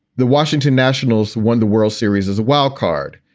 the washington nationals won the world series as a wildcard.